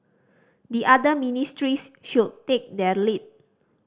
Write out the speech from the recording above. the other ministries should take their lead